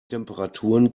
temperaturen